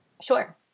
Sure